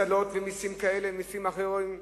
ותמיד היתה הטלת מסים כאלה ומסים אחרים.